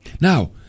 Now